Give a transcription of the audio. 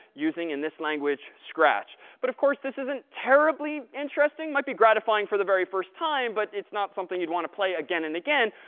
using in this language scratch. but, of course, this isn't terribly interesting. might be gratifying for the very first time. but it's not something you'd want to play again and again.